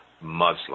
Muslim